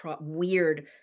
weird